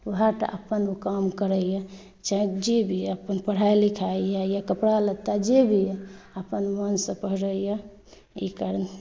वैहटा ओ अपन काम करैए चाहे जी भी यऽ अपन पढ़ाई लिखाइ यऽ या कपड़ा लत्ता जे भी यऽअपन मनसँ करैए ई कारण